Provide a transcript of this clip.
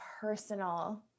personal